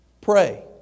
pray